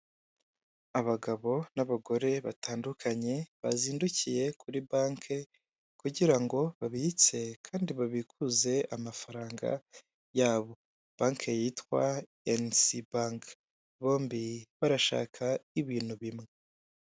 Abagabo n'abagore batandukanye, bazindukiye kuri banki kugira ngo babitse kandi babikuze amafaranga yabo. Banki yitwa NC banki. Bombi barashaka ibintu bimwe.